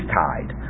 tied